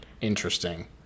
Interesting